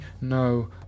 no